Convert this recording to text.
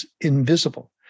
invisible